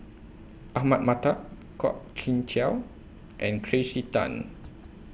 Ahmad Mattar Kwok Kian Chow and Tracey Tan